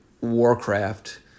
Warcraft